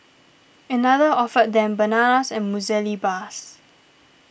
another offered them bananas and muesli bars